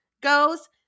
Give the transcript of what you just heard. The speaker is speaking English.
goes